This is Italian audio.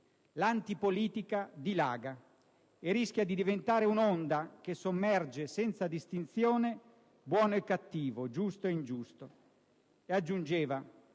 «L'antipolitica dilaga e rischia di diventare un'onda che sommerge senza distinzione buono e cattivo, giusto e ingiusto». Ed aggiungeva: